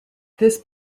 this